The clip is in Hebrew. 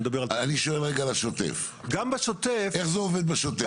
אני שואל רגע על השוטף, איך זה עובד בשוטף?